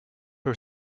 her